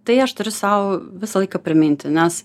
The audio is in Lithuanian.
tai aš turiu sau visą laiką priminti nes